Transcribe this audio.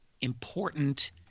important